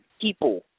people